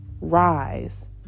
Rise